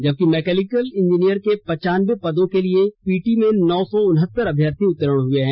जबकि mechanical engineer के पंचान्वे पदो के लिए पीटी में नौ सौ उन्हत्तर अभ्यर्थी उत्तीर्ण हुए हैं